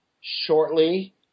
shortly